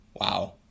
Wow